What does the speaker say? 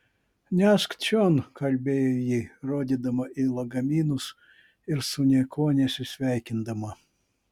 nešk čion kalbėjo ji rodydama į lagaminus ir su niekuo nesisveikindama